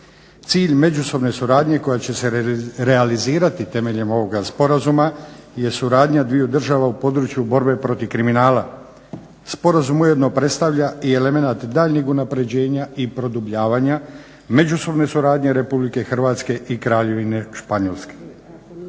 Cilj međusobne suradnje koja će se realizirati temeljem ovoga sporazuma je suradnja dviju država u području borbe protiv kriminala. Sporazum ujedno predstavlja i element daljnjeg unaprjeđenja i daljnjeg produbljivanja međusobne suradnje Republike Hrvatske i Kraljevine Španjolske.